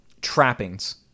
trappings